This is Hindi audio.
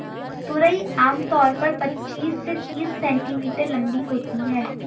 तुरई आम तौर पर पचीस से तीस सेंटीमीटर लम्बी होती है